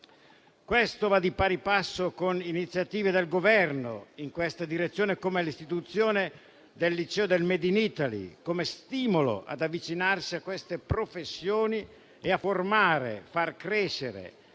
Questo va di pari passo con iniziative del Governo in tale direzione, come l'istituzione del liceo del *made in Italy*, come stimolo ad avvicinarsi a queste professioni e a formare e far crescere